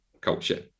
culture